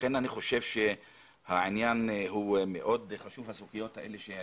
לכן העניין הוא מאוד חשוב בסוגיות האלה שהעלית,